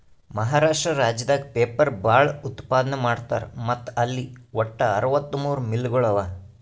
ಮಹಾರಾಷ್ಟ್ರ ರಾಜ್ಯದಾಗ್ ಪೇಪರ್ ಭಾಳ್ ಉತ್ಪಾದನ್ ಮಾಡ್ತರ್ ಮತ್ತ್ ಅಲ್ಲಿ ವಟ್ಟ್ ಅರವತ್ತಮೂರ್ ಮಿಲ್ಗೊಳ್ ಅವಾ